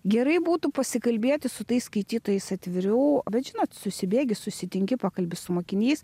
gerai būtų pasikalbėti su tais skaitytojais atviriau bet žinot susibėgi susitinki pakalbi su mokiniais